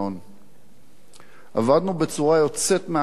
עבדנו בצורה יוצאת מהכלל חמישה חודשים.